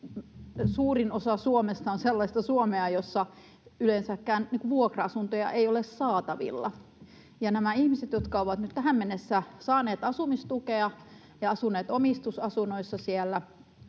suurin osa Suomesta on sellaista Suomea, jossa yleensäkään vuokra-asuntoja ei ole saatavilla. Nämä ihmiset, jotka ovat nyt tähän mennessä saaneet asumistukea ja asuneet omistusasunnoissa siellä,